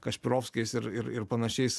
kašpirovskis ir ir ir panašiais